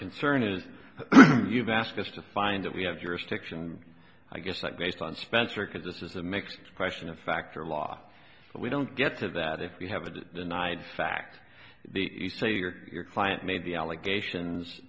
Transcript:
concern is you've asked us to find that we have jurisdiction i guess that based on spencer because this is a mixed question of fact or law but we don't get to that if we have a denied fact the you say your your client made the allegations